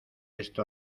esto